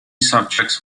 subjects